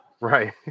Right